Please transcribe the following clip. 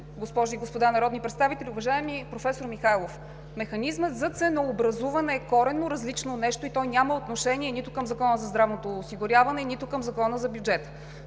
госпожи и господа народни представители! Уважаеми професор Михайлов, механизмът за ценообразуване е коренно различно нещо и той няма отношение нито към Закона за здравното осигуряване, нито към Закона за бюджета.